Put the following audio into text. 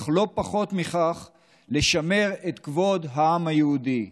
אך לא פחות מכך כדי לשמר את כבוד העם היהודי,